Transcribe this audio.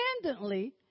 independently